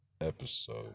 episode